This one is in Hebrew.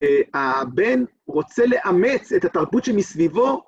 הבן רוצה לאמץ את התרבות שמסביבו